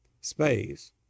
space